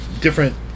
different